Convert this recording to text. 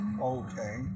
Okay